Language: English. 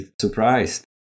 surprised